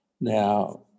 Now